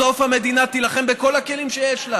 בסוף, המדינה תילחם בכל הכלים שיש לה